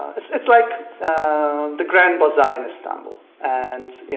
it's it's like the grand bazaar in istanbul and, you